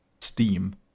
Steam